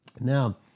Now